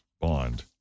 bond